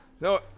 no